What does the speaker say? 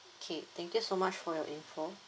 okay thank you so much for your info